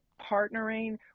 partnering